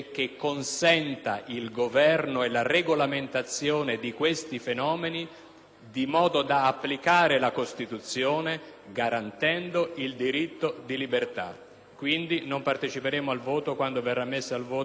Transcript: di modo da applicare la Costituzione garantendo il diritto di libertà. Non parteciperemo quindi al voto quando verrà messa in votazione la mozione del Partito Democratico. Voteremo invece contro tutte le altre.